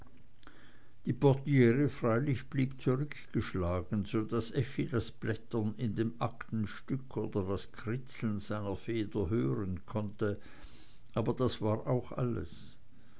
die portiere blieb freilich zurückgeschlagen so daß effi das blättern in dem aktenstück oder das kritzeln seiner feder hören konnte aber das war auch alles